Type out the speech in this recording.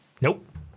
Nope